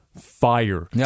fire